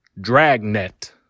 Dragnet